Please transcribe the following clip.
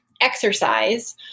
exercise